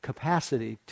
capacity